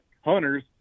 hunters